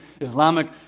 Islamic